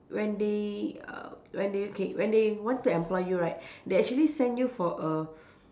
when they uh when they K when they want to employ you right they actually send you for a